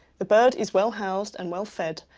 the bird is well-housed and well-fed,